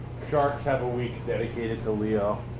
sharks have a week dedicated to leo.